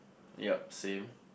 yup same